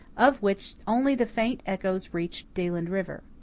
of which only the faint echoes reached deland river.